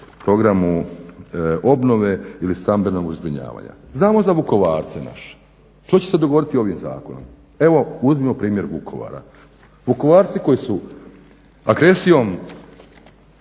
programu obnove ili stambenog zbrinjavanja. Znamo za Vukovarce naše. Što će se dogoditi ovim zakonom? Evo, uzmimo primjer Vukovara. Vukovarci koji su agresijom